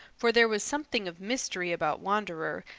for there was something of mystery about wanderer,